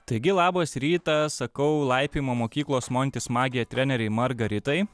taigi labas rytas sakau laipiojimo mokyklos montis magija trenerei margaritai